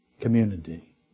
community